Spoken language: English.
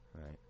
Right